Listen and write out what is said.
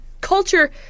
culture